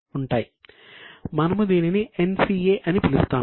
కాబట్టి మనము దీనిని NCA అని పిలుస్తాము